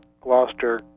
Gloucester